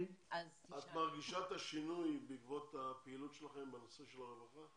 מרגישה את השינוי בעקבות הפעילות שלכם בנושא של הרווחה